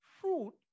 fruit